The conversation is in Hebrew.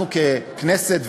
אנחנו ככנסת,